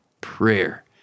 prayer